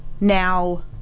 now